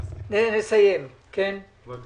כשהיא מוסמכת כתאגיד מורשה, וזה